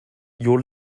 your